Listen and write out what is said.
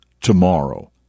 tomorrow